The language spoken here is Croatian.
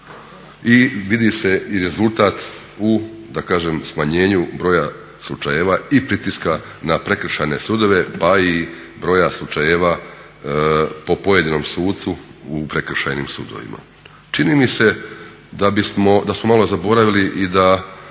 I vidi se i rezultat u da kažem smanjenju broja slučajeva i pritiska na prekršajne sudove pa i broja slučajeva po pojedinom sucu u prekršajnim sudovima. Čini se da smo malo zaboravili i da